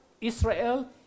Israel